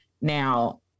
Now